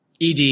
ed